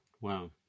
Wow